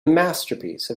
masterpiece